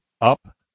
up